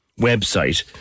website